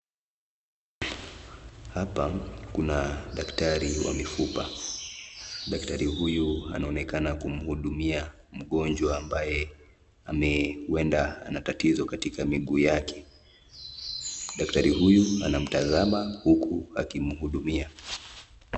Hapa kuna daktari wa mifupa. Daktari huyu anaonekana kumhudumia mgonjwa ambaye huenda ana tatizo katika miguu yake. Daktari huyu anamtazama huku akimhudumia.